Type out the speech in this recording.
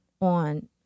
On